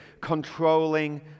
controlling